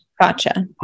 Gotcha